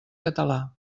català